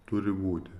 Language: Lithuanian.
turi būti